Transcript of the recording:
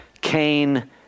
Cain